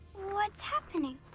what's happening?